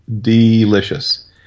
delicious